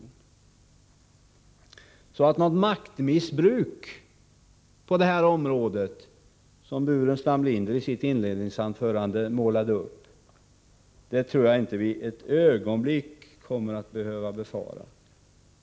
Något maktmissbruk på det här området, som Staffan Burenstam Linder utmålade det i sitt inledningsanförande, tror jag alltså inte ett ögonblick att vi kommer att behöva befara.